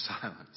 silence